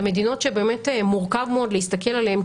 אלה מדינות שמורכב מאוד להסתכל עליהן,